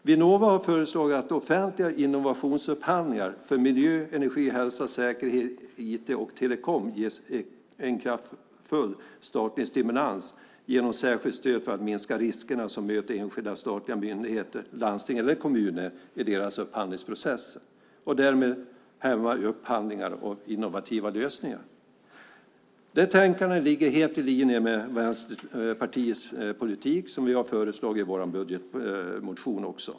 Vinnova har föreslagit att offentliga innovationsupphandlingar för miljö, energi, hälsa, säkerhet, IT och telekom ges en kraftfull statlig stimulans genom ett särskilt stöd för att minska riskerna som möter enskilda, statliga myndigheter, landsting eller kommuner i deras upphandlingsprocesser och därmed hämmar upphandlingar och innovativa lösningar. Det tänkandet ligger helt i linje med Vänsterpartiets politik, och det har vi föreslagit i vår budgetmotion.